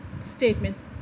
statements